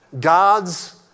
God's